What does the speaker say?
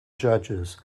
judges